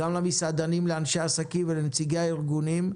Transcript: גם למסעדנים, לאנשי עסקים ולנציגי הארגונים,